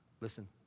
listen